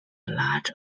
large